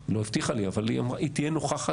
היא לא הבטיחה לי אבל היא תהיה נוכחת